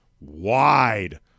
wide